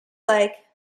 like